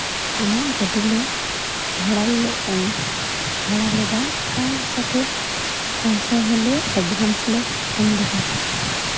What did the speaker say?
ᱟᱢᱟᱜ ᱜᱟᱹᱰᱤᱞᱮ ᱵᱷᱟᱲᱟᱞᱮ ᱮᱢ ᱵᱷᱟᱲᱟ ᱞᱮᱫᱟ ᱥᱟᱛᱷᱮ ᱯᱚᱭᱥᱟ ᱦᱚᱸᱞᱮ ᱮᱰᱵᱷᱟᱱᱥᱞᱮ ᱮᱢ ᱞᱮᱫᱟ